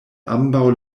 ambaŭ